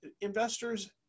investors